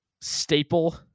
staple